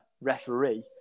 referee